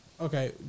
Okay